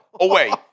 away